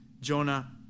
Jonah